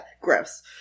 gross